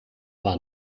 war